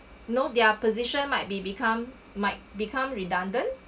no their position might be become might become redundant